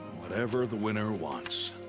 whatever the winner wants.